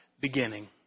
beginning